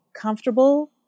comfortable